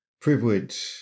privilege